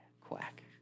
Quack